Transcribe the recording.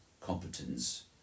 competence